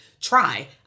try